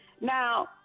Now